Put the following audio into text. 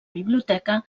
biblioteca